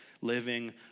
living